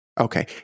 Okay